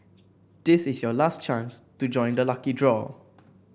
this is your last chance to join the lucky draw